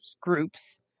groups